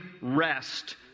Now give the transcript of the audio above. rest